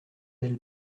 elle